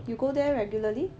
you go there regularly